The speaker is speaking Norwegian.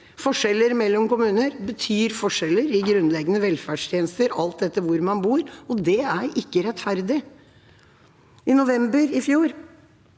Forskjeller mellom kommuner betyr forskjeller i grunnleggende velferdstjenester alt etter hvor man bor, og det er ikke rettferdig. I november i fjor